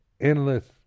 endless